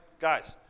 guys